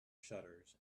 shutters